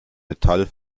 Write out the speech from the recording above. metall